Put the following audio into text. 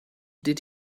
did